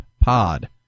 Pod